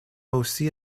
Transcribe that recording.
aussi